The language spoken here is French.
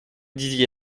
disiez